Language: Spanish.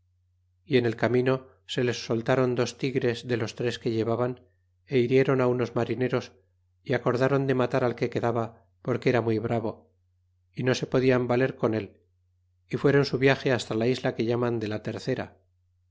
y en el camino se les soltáron dos tigres de los tres que llevaban é hirieron unos marineros y acordáron de matar al que quedaba porque era muy bravo y no se podían valer con él y fueron su viage hasta la isla que llaman de la tercera